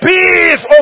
Peace